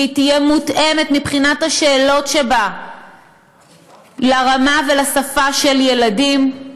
והיא תהיה מותאמת מבחינת השאלות שבה לרמה ולשפה של ילדים,